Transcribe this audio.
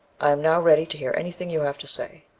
i am now ready to hear anything you have to say.